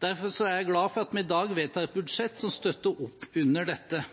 Derfor er jeg glad for at vi i dag vedtar et budsjett som støtter opp under dette.